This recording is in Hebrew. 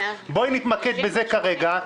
בואי נתמקד בזה כרגע.